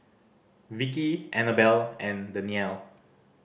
Vicky Annabel and Daniele